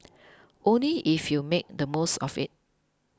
only if you make the most of it